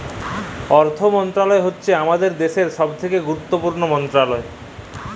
অথ্থ মলত্রলালয় হছে আমাদের দ্যাশের ছব থ্যাকে গুরুত্তপুর্ল মলত্রলালয়